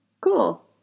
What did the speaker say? Cool